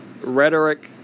rhetoric